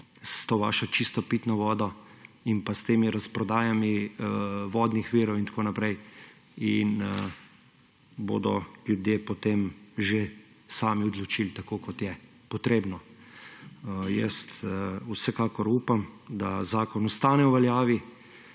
s to vašo čisto pitno vodo in s temi razprodajami vodnih virov in tako naprej in bodo ljudje potem že sami odločili tako, kot je potrebno. Vsekakor upam, da zakon ostane v veljavi